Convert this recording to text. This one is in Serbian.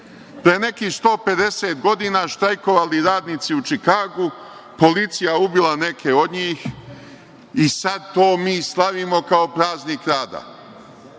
pre nekih 150 godina štrajkovali radnici u Čikagu, policija ubile neke od njih, i sad to mi slavimo kao praznik rada.